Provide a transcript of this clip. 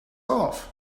off